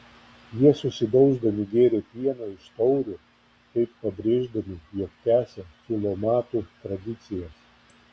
jie susidauždami gėrė pieną iš taurių taip pabrėždami jog tęsia filomatų tradicijas